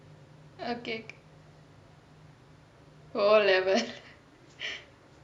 okay O level